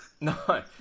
No